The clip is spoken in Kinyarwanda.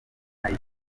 rumwe